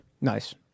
Nice